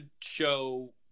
show